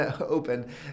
open